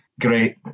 great